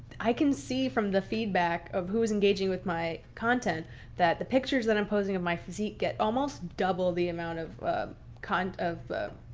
i can see from the feedback of who is engaging with my content that the pictures that i'm posing of my physique get almost double the amount of kind of the